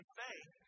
faith